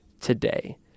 today